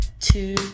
Two